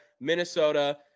Minnesota